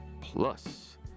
Plus